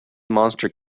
monster